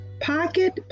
Pocket